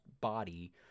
body